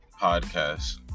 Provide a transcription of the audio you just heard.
podcast